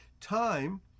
time